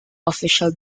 official